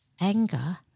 anger